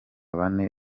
bane